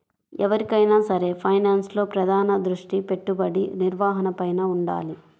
ఎవరికైనా సరే ఫైనాన్స్లో ప్రధాన దృష్టి పెట్టుబడి నిర్వహణపైనే వుండాలి